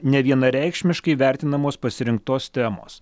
nevienareikšmiškai vertinamos pasirinktos temos